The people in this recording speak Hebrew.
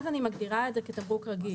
אז אני מגדירה את זה כתמרוק רגיש.